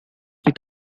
with